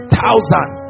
thousand